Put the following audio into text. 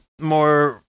more